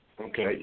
Okay